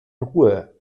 ruhe